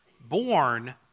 born